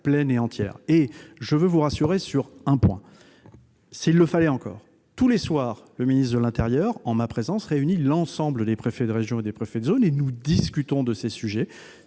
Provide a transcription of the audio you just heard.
pleine et entière. Je veux vous rassurer sur un point, s'il le fallait encore. Tous les soirs, le ministre de l'intérieur, en ma présence, réunit l'ensemble des préfets de région et des préfets de zone pour discuter de ces sujets.